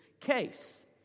case